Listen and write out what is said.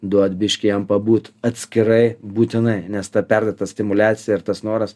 duot biškį jam pabūt atskirai būtinai nes ta perdėta stimuliacija ir tas noras